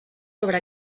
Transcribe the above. sobre